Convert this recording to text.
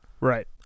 Right